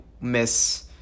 miss